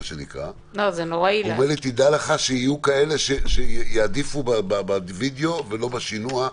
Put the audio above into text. הוא אמר לי: תדע לך שיהיו כאלה שיעדיפו בווידיאו ולא בשינוע,